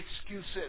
excuses